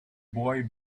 boy